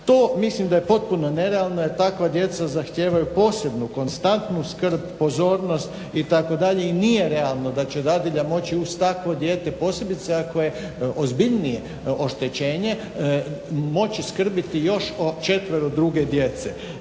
To mislim da je potpuno nerealno jer takva djeca zahtijevaju posebnu konstantnu skrb, pozornost itd. i nije realno da će dadilja moći uz takvo dijete posebice ako je ozbiljnije oštećenje moći skrbiti još o 4 druge djece.